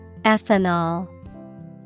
Ethanol